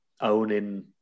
owning